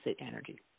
energy